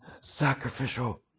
sacrificial